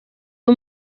iyo